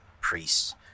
priests